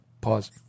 pause